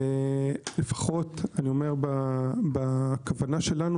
ולפחות בכוונה שלנו,